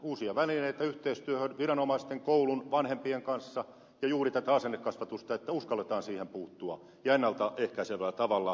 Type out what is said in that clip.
uusia välineitä yhteistyöhön viranomaisten koulun vanhempien kanssa ja juuri tätä asennekasvatusta että uskalletaan siihen puuttua ja ennalta ehkäisevällä tavalla